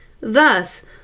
Thus